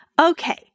Okay